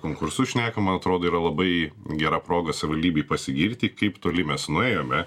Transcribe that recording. konkursu šnekam man atrodo yra labai gera proga savivaldybei pasigirti kaip toli mes nuėjome